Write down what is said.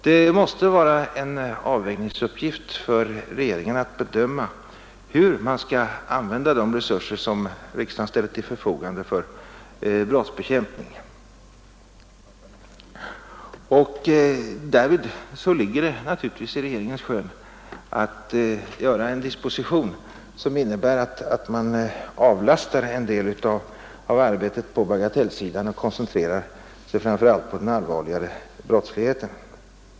Det måste vara en avvägningsuppgift för regeringen att bedöma hur man skall använda de resurser som riksdagen ställer till förfogande för brottsbekämpning. Därmed ligger det naturligtvis i regeringens skön att göra en disposition, som innebär att man avlastar en del arbete på bagateller och koncentrerar det framför allt på den allvarligare brottsligheten.